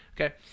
Okay